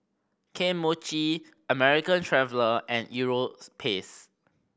Kane Mochi American Traveller and Europace